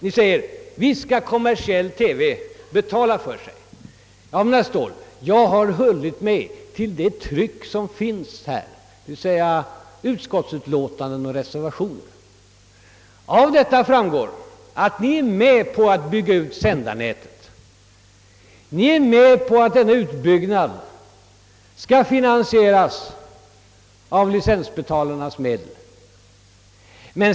Han sade att den kommersiella TV:n visst skulle betala för sig. Ja men, herr Ståhl, jag har bara hållit mig till det tryck som finns i denna fråga, d.v.s. utskottsutlåtandet och reservationerna. Av dessa framgår att reservanterna är med på att bygga ut sändarnätet och att de även går med på förslaget att denna utbyggnad skall finansieras med licensbetalarnas medel.